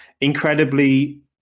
incredibly